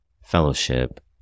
fellowship